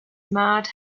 mad